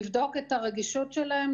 לבדוק את הרגישות שלהם,